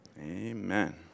amen